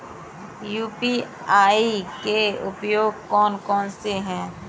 UPI के उपयोग कौन कौन से हैं?